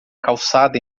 calçada